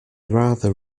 rather